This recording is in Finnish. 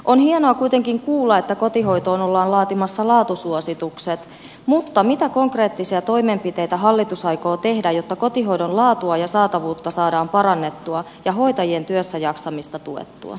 on hienoa kuitenkin kuulla että kotihoitoon ollaan laatimassa laatusuositukset mutta mitä konkreettisia toimenpiteitä hallitus aikoo tehdä jotta kotihoidon laatua ja saatavuutta saadaan parannettua ja hoitajien työssäjaksamista tuettua